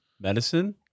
Medicine